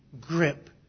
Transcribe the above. grip